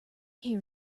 here